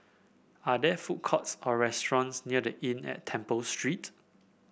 are there food courts or restaurants near The Inn at Temple Street